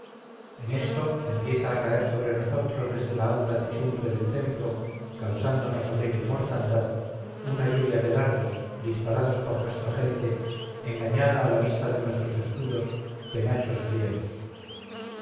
en esto empieza a caer sobre nosotros desde la alta techumbre del templo causándonos horrible mortandad una lluvia de dardos disparados por nuestra gente engañada a la vista de nuestros escudos penachos griegos